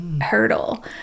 hurdle